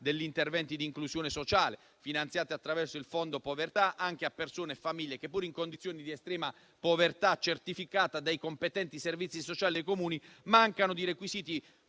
degli interventi di inclusione sociale, finanziati attraverso il fondo povertà, includendo anche quelle persone e famiglie che, pur in condizioni di estrema povertà, certificata dai competenti servizi sociali dei Comuni, mancano dei requisiti